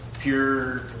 pure